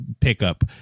pickup